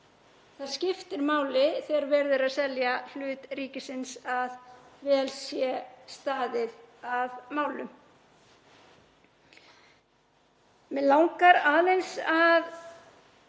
það skiptir máli þegar verið er að selja hlut ríkisins að vel sé staðið að málum.